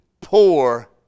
poor